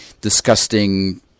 disgusting